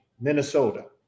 minnesota